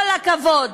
כל הכבוד.